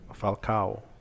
Falcao